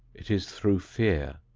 it is through fear,